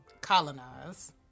colonize